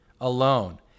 alone